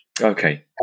Okay